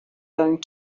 going